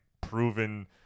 proven